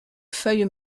feuille